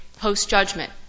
post-judgment